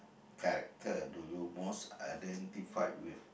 character do you most identified with